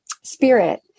spirit